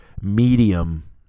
medium